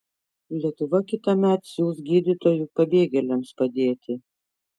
lietuva kitąmet siųs gydytojų pabėgėliams padėti